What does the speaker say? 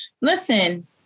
listen